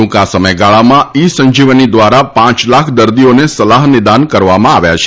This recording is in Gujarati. ટૂંકા સમયગાળામાં ઇ સંજીવની દ્વારા પાંચ લાખ દર્દીઓને સલાહ નિદાન કરવામાં આવ્યા છે